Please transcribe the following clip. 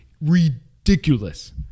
ridiculous